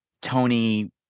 Tony